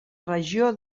regió